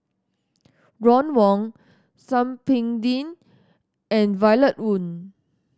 Ron Wong Thum Ping Tjin and Violet Oon